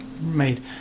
made